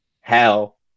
hell